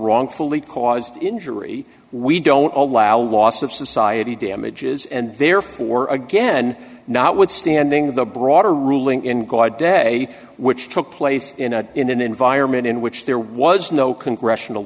wrongfully caused injury we don't allow loss of society damages and therefore again not withstanding the broader ruling inquired day which took place in a in an environment in which there was no congressional